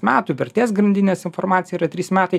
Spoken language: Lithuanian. metų vertės grandinės informacija yra trys metai